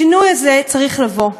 השינוי הזה צריך לבוא,